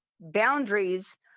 boundaries